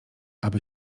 aby